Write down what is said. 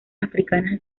africanas